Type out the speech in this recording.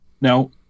now